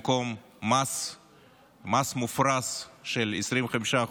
במקום מס מופרז של 25%,